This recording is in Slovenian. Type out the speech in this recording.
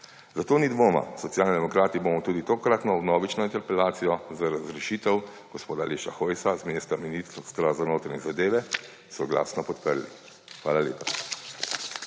Zato ni dvoma, Socialni demokrati bomo tudi tokratno vnovično interpelacijo za razrešitev gospoda Aleša Hojsa z mesta Ministrstva za notranje zadeve soglasno podprli. Hvala lepa.